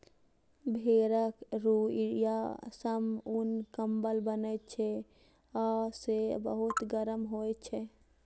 भेड़क रुइंया सं उन, कंबल बनै छै आ से बहुत गरम होइ छै